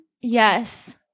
Yes